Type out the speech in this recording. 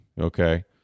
okay